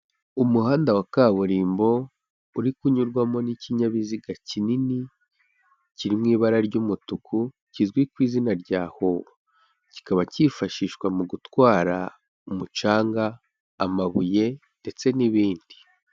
Umuhanda wa kaburimbo, uri kunyurwamo n'ikinyabiziga kinini, kiri mu ibara ry'umutuku, kizwi ku izina rya hoho, kikaba cyifashishwa mu gutwara umucanga, amabuye ndetse n'ibindi.